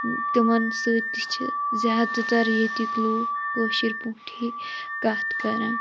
تمَن سۭتۍ تہِ چھِ زیادٕ تَر ییٚتک لُکھ کٲشِر پٲٹھی کَتھ کَران